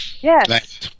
Yes